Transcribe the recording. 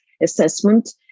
assessment